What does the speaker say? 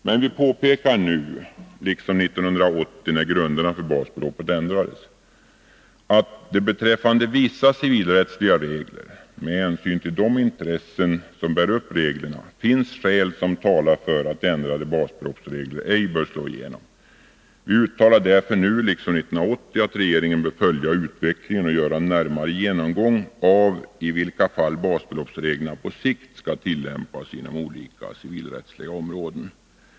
Men vi påpekar nu, liksom 1980 när grunderna för basbeloppet ändrades, att det beträffande vissa civilrättsliga regler — med hänsyn till de intressen som bär upp reglerna — finns skäl som talar för att ändrade basbeloppsregler ej bör slå igenom. Vi uttalar därför nu liksom 1980 att regeringen bör följa utvecklingen och göra en närmare genomgång av i vilka fall basbeloppsreglerna på sikt skall tillämpas inom olika civilrättsliga områden.